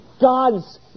God's